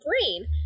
brain